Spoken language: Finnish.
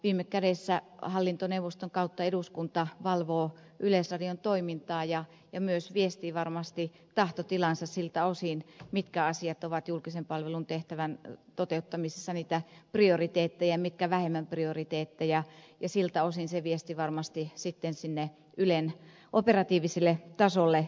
viime kädessä hallintoneuvoston kautta eduskunta valvoo yleisradion toimintaa ja myös viestii varmasti tahtotilansa siltä osin mitkä asiat ovat julkisen palvelun tehtävän toteuttamisessa niitä prioriteetteja mitkä vähemmän prioriteetteja ja siltä osin se viesti varmasti sitten sinne ylen operatiiviselle tasolle menee